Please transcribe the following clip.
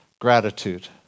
gratitude